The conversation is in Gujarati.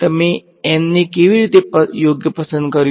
અમે કેટલાક અનુમાનથી શરૂઆત કરીશું અને અનુમાન શોધવાનું ચાલુ રાખીશું